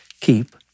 keep